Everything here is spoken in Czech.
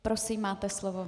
Prosím, máte slovo.